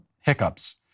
hiccups